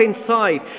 inside